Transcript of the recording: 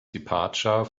departure